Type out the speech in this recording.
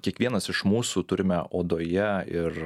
kiekvienas iš mūsų turime odoje ir